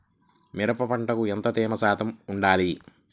మిరప పంటకు ఎంత తేమ శాతం వుండాలి?